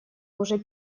уже